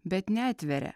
bet neatveria